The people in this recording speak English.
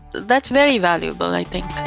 that's very valuable, i think.